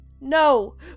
No